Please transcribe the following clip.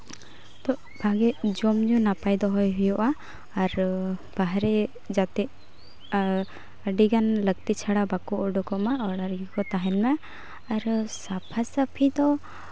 ᱛᱚ ᱵᱷᱟᱜᱮ ᱡᱚᱢ ᱧᱩ ᱱᱟᱯᱟᱭ ᱫᱚᱦᱚᱭ ᱦᱩᱭᱩᱜᱼᱟ ᱟᱨ ᱵᱟᱦᱨᱮ ᱡᱟᱛᱮ ᱟᱨ ᱟᱹᱰᱤᱜᱟᱱ ᱞᱟᱹᱠᱛᱤ ᱪᱷᱟᱲᱟ ᱵᱟᱠᱚ ᱩᱰᱩᱠᱚᱜ ᱢᱟ ᱚᱲᱟᱜ ᱨᱮᱜᱮ ᱠᱚ ᱛᱟᱦᱮᱱ ᱢᱟ ᱟᱨ ᱥᱟᱯᱷᱟ ᱥᱟᱹᱯᱷᱤ ᱫᱚ